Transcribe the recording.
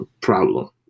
problem